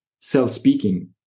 self-speaking